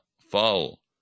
fall